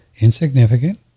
insignificant